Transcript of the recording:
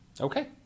Okay